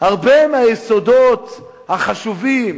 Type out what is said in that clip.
הרבה מהיסודות החשובים